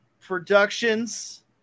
productions